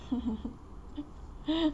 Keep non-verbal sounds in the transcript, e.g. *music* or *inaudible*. *laughs*